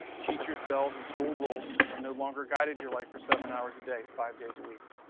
teachers, bells, and school rules no longer guided your life for seven hours a day, five days a week.